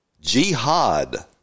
jihad